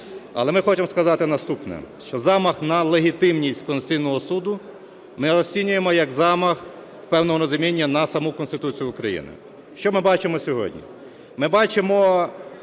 Але ми хочемо сказати наступне, що замах на легітимність Конституційного Суду ми розцінюємо як замах, в певному розумінні, на саму Конституцію України. Що ми бачимо сьогодні?